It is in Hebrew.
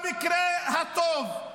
במקרה הטוב,